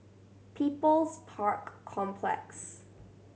People's Park Complex